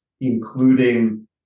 including